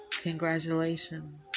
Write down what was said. Congratulations